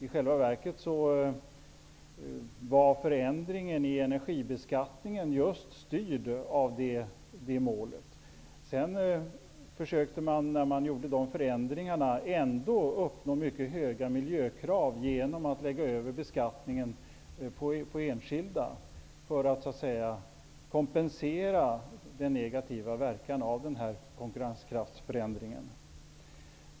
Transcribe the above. I själva verket styrdes förändringen i energibeskattningen av just det målet. Man försökte när man gjorde de förändringarna ändå sätta mycket höga miljökrav genom att lägga över beskattningen på enskilda. Detta gjordes för att kompensera den negativa verkan av konkurrenskraftsförändringen.